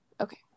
Okay